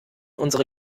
unsere